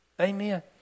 Amen